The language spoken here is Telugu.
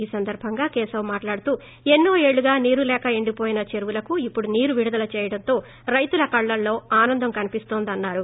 ఈ సందర్బంగా కేశవ్ మాట్లాడుతూ ఎన్సో ఏళ్లుగా నీరు లేక ఎండిపోయిన చెరువులకు ఇప్పుడు నీరు విడుదల చేయడంతో రైతుల కళ్లలో ఆనందం కనిపిస్తోందన్నారు